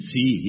See